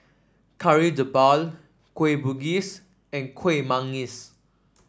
Kari Debal Kueh Bugis and Kueh Manggis